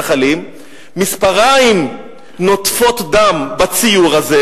מספריים נוטפים דם בציור הזה.